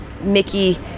Mickey